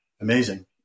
amazing